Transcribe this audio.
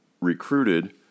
recruited